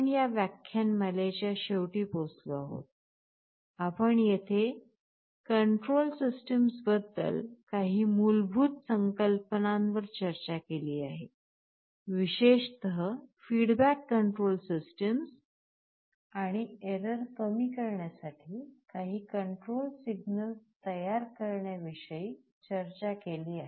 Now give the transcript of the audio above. आपण या व्याख्यानमालेच्या शेवटी पोहोचलो आहोत आपण येथे नियंत्रण प्रणाली बद्दल काही मूलभूत संकल्पनांवर चर्चा केली आहे विशेषत अभिप्राय नियंत्रण प्रणाली आणि एरर कमी करण्यासाठी काही कंट्रोल सिग्नल्स तयार करण्या विषयी चर्चा केली